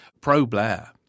pro-Blair